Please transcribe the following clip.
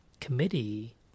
committee